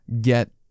get